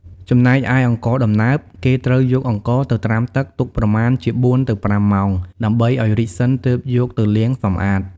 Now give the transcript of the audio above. ចំណែកឯ «អង្ករដំណើប» គេត្រូវយកអង្ករទៅត្រាំទឹក ទុកប្រមាណជា៤ទៅ ៥ម៉ោង ដើម្បីឱ្យរីកសិន ទើបយកទៅលាងសម្អាត។